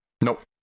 Nope